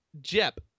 JEP